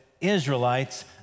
Israelites